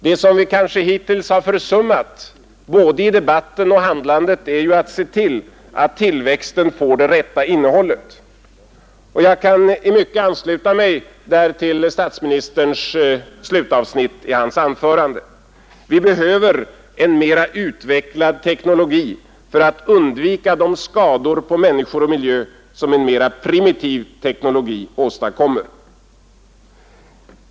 Det som vi kanske hittills har försummat både i debatten och i handlandet är ju att se till att tillväxten får det rätta innehållet, och jag kan där i mycket ansluta mig till slutavsnittet i statsministerns anförande. Vi behöver en mera utvecklad teknologi för att undvika de skador på människor och miljö som en mera primitiv teknologi åstadkommer.